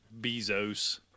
Bezos